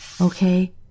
Okay